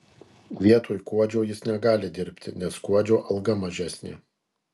vietoj kuodžio jis negali dirbti nes kuodžio alga mažesnė